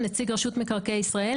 נציג רשות מקרקעי ישראל,